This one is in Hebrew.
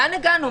לאן הגענו?